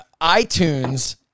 iTunes